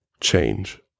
Change